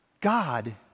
God